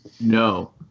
No